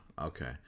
Okay